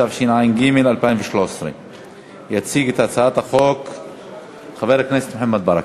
התשע"ג 2013. יציג את הצעת החוק חבר הכנסת מוחמד ברכה.